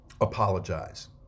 apologize